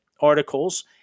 articles